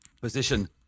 position